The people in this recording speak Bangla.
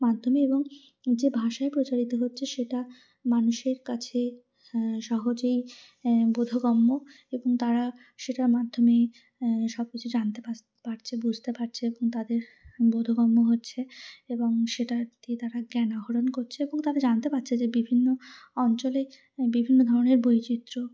মাধ্যমে এবং যে ভাষায় প্রচারিত হচ্ছে সেটা মানুষের কাছে সহজেই বোধগম্য এবং তারা সেটার মাধ্যমে সব কিছু জানতে পাছ পারছে বুঝতে পারছে এবং তাদের বোধগম্য হচ্ছে এবং সেটা দিয়ে তারা জ্ঞান আহরণ করছে এবং তারা জানতে পারছে যে বিভিন্ন অঞ্চলে বিভিন্ন ধরনের বৈচিত্র্য